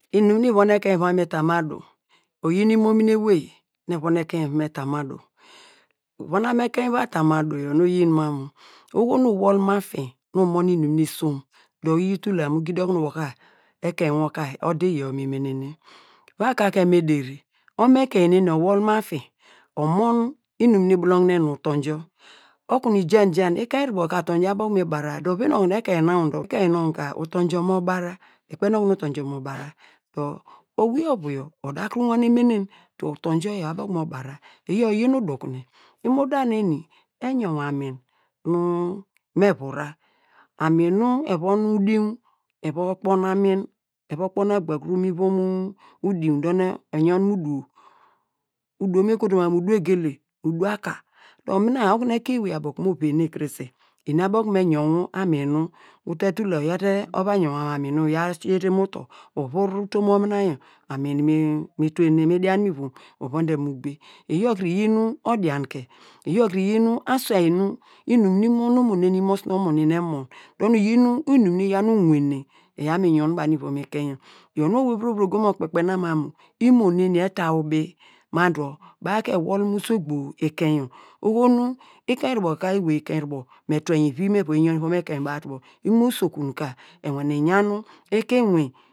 Inum nu ivon ekein iva mi tama du, oyi nu imomini ewey nu evon ekein me ta mu adu, vonam mu ekein va tamu adu nu oyin mam mu oyin iwol mu afin nu umon inum nu isom dor uyi tul la mu gidi okunu wo ka ekein wor ka ka ode iyor mi menene, va kakem ederi omo ekein neni owol mu afin, omon inu nu ibulogne nu utonjor okunu ijanjan ekein rubo ka atonjo abo kunu mi bara dor oveni ekein nonw dor, ekein nonw ka utonjo mo bara, ikpeiny oku nu utonjo mo bara dor owei ovu yor ada kuru menen dor utonjor abo kunu mo bara, iyor iyin usukne, imo da neni eyonw anun mu me vura, enu nu evon udiuwn eva kpon amin, eva kpon agba kuru mu ivom mu uduinw dor nu eva yon mu ivom uduwo, uduwo mu me kotu ma mu uduwo egele, uduwo aker, dor mi okunu ekein ewey abo okunu mo venegor krese eni abo okunu me yunwu amin uta tul la nyaw te ova yunwam mu amin iror uya siye te mu utor uvure utom omin yor amin mi tuwene mi dian mu ivom uvon odianke, iyor kre iyin eiswei nu inum nu imo onomo neni nu imo- osunomo neni emon dor nu iyin inum iyaw nu owenem iyaw mi yun baw nu i on owei ogo mo kpekpena mam mu imo- neni eta ubi ma dor baw ka enol mu usogbo ikein yor, oho nu ekein rubo ka, enly ikein yor one turwen ini me va yuu mu ekein baw tubo imo usokun kwe ewane yan iki- inwin.